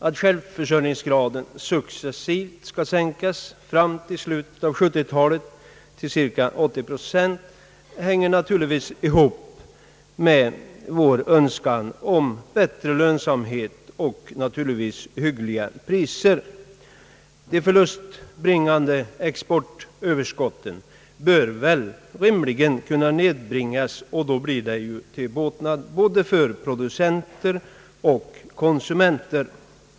Att självförsörjningsgraden successivt skall sänkas fram till slutet av 1970 talet till cirka 80 procent sammanhänger naturligtvis med vår önskan om bättre lönsamhet och naturligtvis hyggliga priser. De förlustbringande exportöverskotten bör väl rimligen kunna nedbringas till båtnad för både producenter och konsumenter.